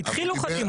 התחילו חתימות.